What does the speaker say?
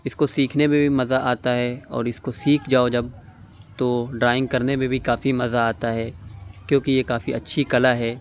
اِس کو سیکھنے میں بھی مزہ آتا ہے اور اِس کو سیکھ جاؤ جب تو ڈرائنگ کرنے میں بھی کافی مزہ آتا ہے کیوں کہ یہ کافی اچھی کلّا ہے